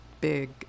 big